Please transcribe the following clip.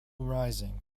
rising